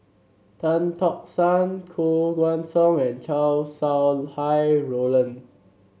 Tan Tock San Koh Guan Song and Chow Sau Hai Roland